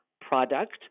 product